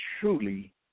truly